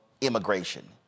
immigration